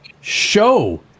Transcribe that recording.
show